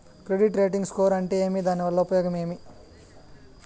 Credit rating score అంటే ఏమి దాని వల్ల ఉపయోగం ఏమి?